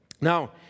Now